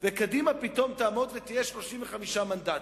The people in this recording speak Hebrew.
וקדימה פתאום תעמוד ותהיה עם 35 מנדנטים,